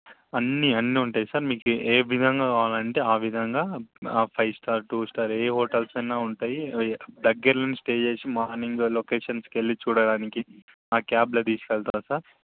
అన్నీ అన్నీ ఉంటాయి సార్ మీకు ఏ విధంగా కావాలంటే ఆ విధంగా ఫైవ్ స్టార్ టూ స్టార్ ఏ హోటల్స్ అయిన ఉంటాయి అవి దగ్గరలో స్టే చేసి మార్నింగ్ లొకేషన్స్కు వెళ్ళి చూడడానికి ఆ క్యాబ్లో తీసుకు వెళ్తారా సార్